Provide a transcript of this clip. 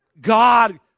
God